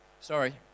Sorry